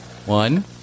One